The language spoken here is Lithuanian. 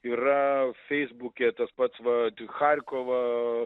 yra feisbuke tas pats va į charkovą